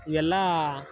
ಇವೆಲ್ಲಾ